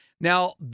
Now